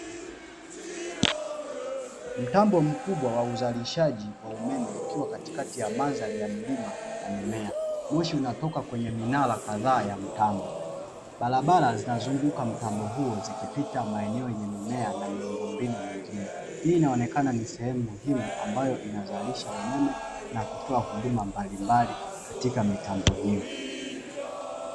Mtambo mkubwa wa uzalisjhaji wa umeme, ukiwa katikati ya mandhari ya milima na mimea. Moshi unatoka kwenye minara kadhaa ya mtambo. Barabara zinazunguka mtambo huo zikipita maeneo ya mimea na miundombinu mingine. Hii inaonekana ni sehemu muhimu ambayo inazalisha umeme na kutoa huduma mbalimbali katika mtambo huo.